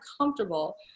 comfortable